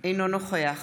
אינו נוכח